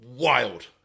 Wild